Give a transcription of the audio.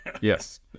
Yes